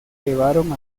llevaron